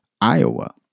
Iowa